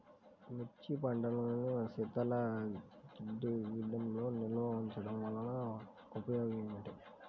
మిర్చి పంటను శీతల గిడ్డంగిలో నిల్వ ఉంచటం వలన ఉపయోగం ఏమిటి?